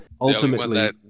Ultimately